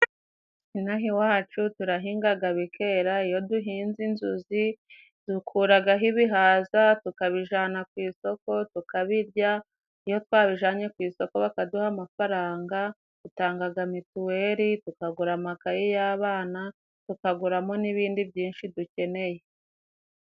Inaha iwacu turahingaga bikera, iyo duhinze inzuzi dukuragaho ibihaza tukabijana ku isoko, tukabirya, iyo twabijanye ku isoko bakaduha amafaranga, dutangaga mitiweri, tukagura amakaye y'abana, tukaguramo n'ibindi byinshi dukeneye.